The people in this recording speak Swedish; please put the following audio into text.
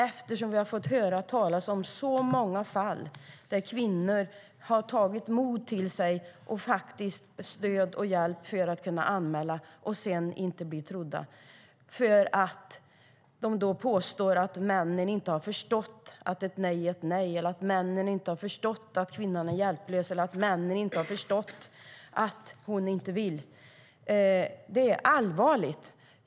Vi har nämligen fått höra talas om så många fall där kvinnor har tagit mod till sig och faktiskt fått stöd och hjälp för att kunna anmäla och sedan inte blir trodda. Det påstås att männen inte har förstått att ett nej är ett nej, att männen inte har förstått att kvinnan är hjälplös eller att männen inte har förstått att kvinnan inte vill. Det är allvarligt.